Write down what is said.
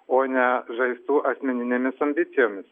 o ne žaistų asmeninėmis ambicijomis